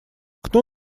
кто